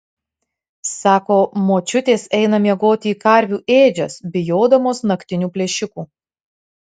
sako močiutės eina miegoti į karvių ėdžias bijodamos naktinių plėšikų